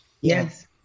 Yes